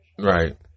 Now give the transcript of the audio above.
Right